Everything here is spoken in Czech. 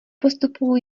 postupů